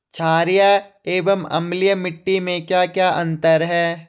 छारीय एवं अम्लीय मिट्टी में क्या क्या अंतर हैं?